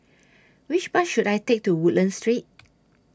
Which Bus should I Take to Woodlands Street